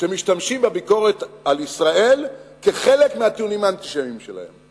שמשתמשים בביקורת על ישראל כחלק מהטיעונים האנטישמיים שלהם.